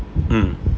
mm